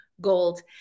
gold